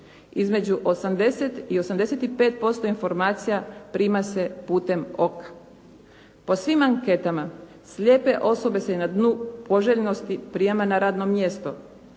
Između 80 i 85% informacija prima se putem oka. Po svim anketama slijepe osobe su na dnu poželjnosti prijema na radno mjesto.